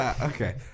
Okay